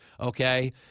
Okay